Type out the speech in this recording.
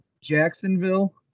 Jacksonville